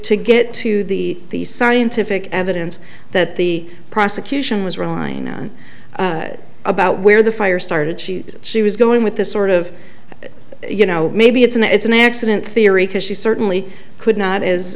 to get to the the scientific evidence that the prosecution was wrong on about where the fire started she she was going with this sort of you know maybe it's an it's an accident theory because she certainly could not